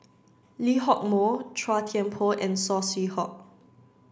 Lee Hock Moh Chua Thian Poh and Saw Swee Hock